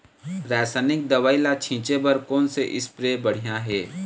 रासायनिक दवई ला छिचे बर कोन से स्प्रे बढ़िया हे?